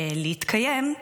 להתקיים,